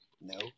No